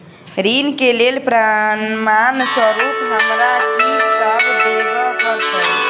ऋण केँ लेल प्रमाण स्वरूप हमरा की सब देब पड़तय?